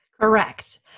Correct